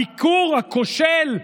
הביקור הכושל,